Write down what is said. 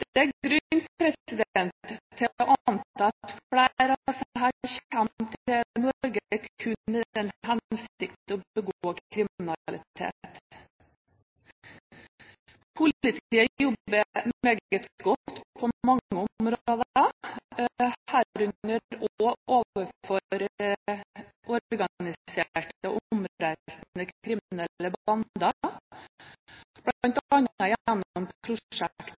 Det er grunn til å anta at flere av disse kommer til Norge kun i den hensikt å begå kriminalitet. Politiet jobber meget godt på mange områder, herunder overfor organiserte omreisende kriminelle